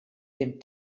dem